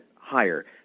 higher